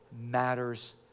matters